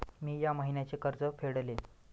मी या महिन्याचे कर्ज फेडले